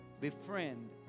befriend